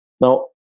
Now